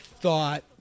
thought